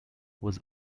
was